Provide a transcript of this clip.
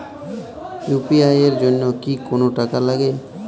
UPI এর জন্য কি কোনো টাকা লাগে?